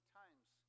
times